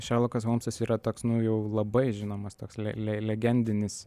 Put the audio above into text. šerlokas holmsas yra toks nu jau labai žinomas toks le le legendinis